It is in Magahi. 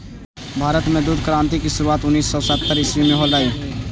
भारत में दुग्ध क्रान्ति की शुरुआत उनीस सौ सत्तर ईसवी में होलई